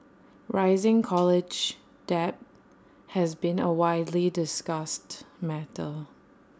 rising college debt has been A widely discussed matter